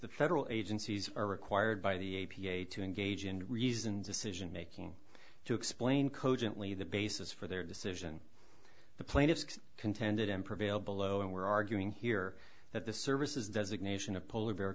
the federal agencies are required by the a p a to engage and reasoned decision making to explain cogently the basis for their decision the plaintiffs contended and prevail below and we're arguing here that the services designation of polar